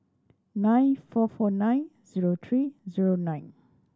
nine four four nine zero three zero nine